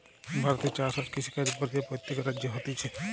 ভারতে চাষ আর কৃষিকাজ পর্যায়ে প্রত্যেক রাজ্যে হতিছে